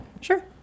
Sure